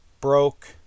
broke